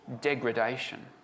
degradation